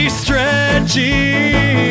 stretchy